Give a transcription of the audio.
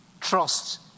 trust